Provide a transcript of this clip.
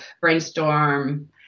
brainstorm